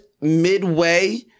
midway